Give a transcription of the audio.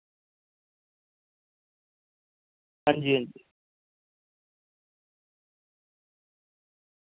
हां जी हां जी